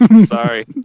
Sorry